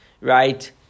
right